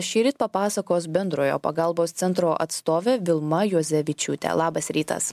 šįryt papasakos bendrojo pagalbos centro atstovė vilma juozevičiūtė labas rytas